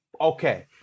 Okay